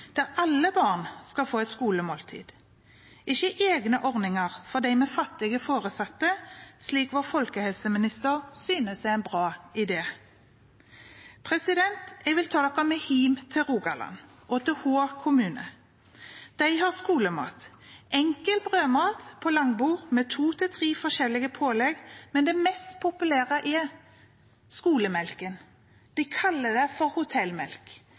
der alle barn skal få et skolemåltid, ikke egne ordninger for dem med fattige foresatte, slik vår folkehelseminister synes er en bra idé. Jeg vil ta dere med hjem til Rogaland og til Hå kommune. De har skolemat, enkel brødmat på langbord med to–tre forskjellige pålegg. Men det mest populære er skolemelken. De kaller det hotellmelk